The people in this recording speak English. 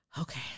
okay